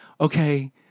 okay